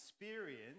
experience